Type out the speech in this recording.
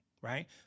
right